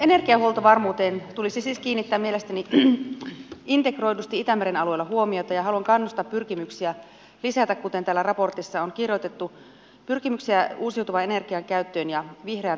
energiahuoltovarmuuteen tulisi siis kiinnittää mielestäni integroidusti itämeren alueella huomiota ja haluan kannustaa pyrkimyksiä kuten täällä raportissa on kirjoitettu uusiutuvan energian käyttöön ja vihreän teknologian kehittämiseen